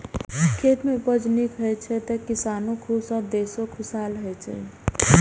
खेत मे उपज नीक होइ छै, तो किसानो खुश आ देशो खुशहाल होइ छै